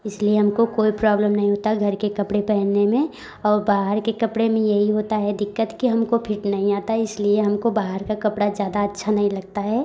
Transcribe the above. इसलिए हमको कोई प्रॉब्लम नहीं होता घर के कपड़े पहनने में और बाहर के कपड़े में यही होता है दिक्कत कि हमको फिट नहीं आता इसलिए हमको बाहर का कपड़ा ज़्यादा अच्छा नहीं लगता है